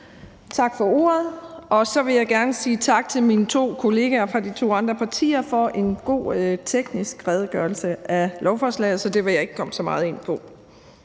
Tak for ordet, og så vil jeg gerne sige tak til mine to kollegaer fra de to andre partier for en god teknisk redegørelse for forslaget, så det vil jeg ikke komme så meget ind på.